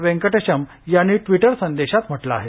वेंकटेशम यांनी ट्विटर संदेशात म्हटलं आहे